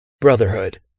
brotherhood